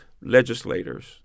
legislators